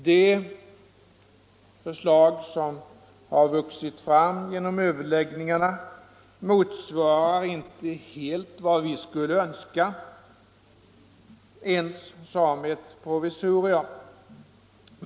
De förslag som har vuxit fram vid överläggningarna motsvarar inte helt vad vi skulle ha önskat ens som ett provisorium.